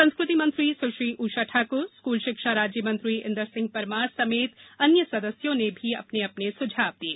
संस्कृति मंत्री सुश्री उषा ठाकुर स्कूल शिक्षा राज्य मंत्री इंदर सिंह परमार समेत अन्य सदस्यों ने भी सुझाव दिये